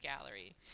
gallery